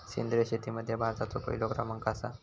सेंद्रिय शेतीमध्ये भारताचो पहिलो क्रमांक आसा